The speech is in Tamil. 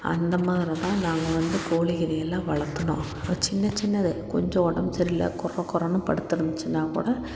அந்த மாதிரி தான் நாங்கள் வந்து கோழிகளெயல்லாம் வளர்த்துனோம் சின்ன சின்னது கொஞ்சம் உடம்பு சரியில்லை கொர கொரனு படுத்திருந்துச்சுன்னால் கூட